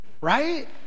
right